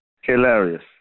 Hilarious